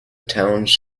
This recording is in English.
towns